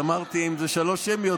אז אמרתי: אם זה שלוש שמיות,